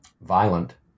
violent